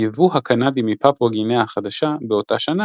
הייבוא הקנדי מפפואה גינאה החדשה באותה השנה